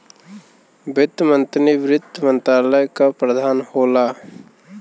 वित्त मंत्री वित्त मंत्रालय क प्रधान होला